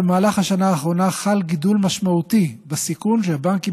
בשנה האחרונה חל גידול משמעותי בסיכון שהבנקים